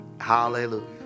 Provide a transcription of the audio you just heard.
Hallelujah